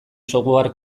software